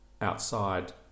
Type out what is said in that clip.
outside